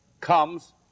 comes